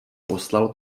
poslal